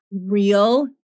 real